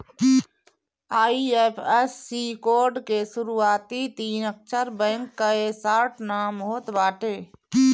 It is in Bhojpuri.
आई.एफ.एस.सी कोड के शुरूआती तीन अक्षर बैंक कअ शार्ट नाम होत बाटे